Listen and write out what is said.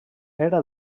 era